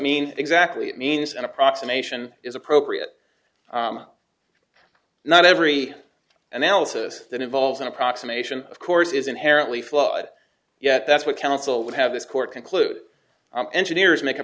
mean exactly it means an approximation is appropriate not every analysis that involves an approximation of course is inherently flawed yet that's what counsel would have this court conclude engineers make